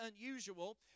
unusual